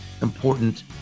important